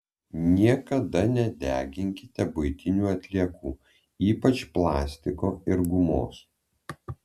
niekada nedeginkite buitinių atliekų ypač plastiko ir gumos